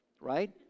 right